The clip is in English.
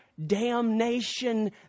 damnation